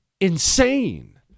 insane